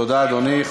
תודה, אדוני.